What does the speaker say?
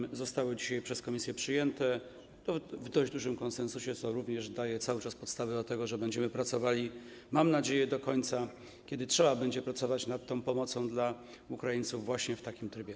Dzisiaj zostały przez komisję przyjęte, i to w dość dużym konsensusie, co również cały czas daje podstawy do tego, że będziemy pracowali, mam nadzieję, do końca, kiedy trzeba będzie pracować nad tą pomocą dla Ukraińców właśnie w takim trybie.